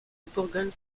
bourgogne